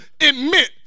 admit